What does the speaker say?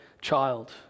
child